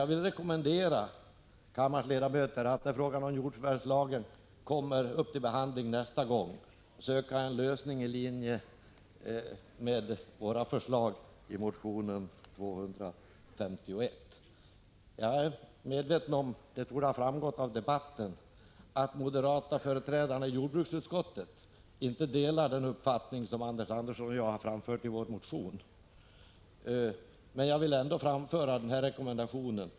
Jag vill dock rekommendera kammarens ledamöter att när frågan om jordförvärvslagen kommer upp till behandling nästa gång söka en lösning i linje med våra förslag i motion 251. Jag är medveten om — och det torde ha framgått av debatten — att de moderata företrädarna i jordbruksutskottet inte delar den uppfattning som Anders Andersson och jag har framfört i vår motion, men jag vill ändå göra denna rekommendation.